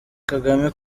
kagame